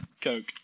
Coke